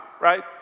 right